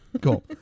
Cool